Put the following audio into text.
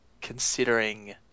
considering